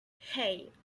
hey